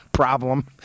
problem